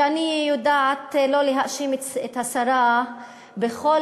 ואני יודעת לא להאשים את השרה בכל